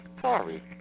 Sorry